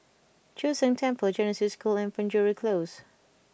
Chu Sheng Temple Genesis School and Penjuru Close